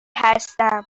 هستم